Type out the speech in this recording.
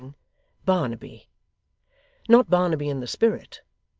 barnaby not barnaby in the spirit,